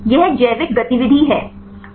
यह जैविक गतिविधि है